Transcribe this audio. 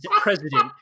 president